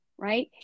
right